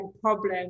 problem